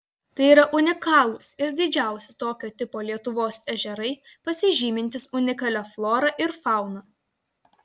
tai yra unikalūs ir didžiausi tokio tipo lietuvos ežerai pasižymintys unikalia flora ir fauna